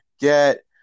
Get